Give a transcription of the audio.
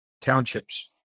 townships